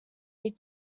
ready